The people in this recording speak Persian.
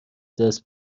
دست